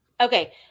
Okay